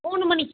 மூணு மணிக்கு